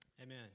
Amen